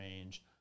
range